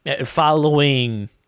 following